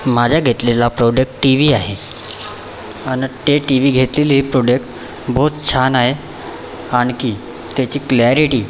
माझा घेतलेला product TV आहे आणि ते टीव्ही घेतलेलं प्रॉडक्ट बहुत छान आहे आणखी त्याची क्लॅरिटी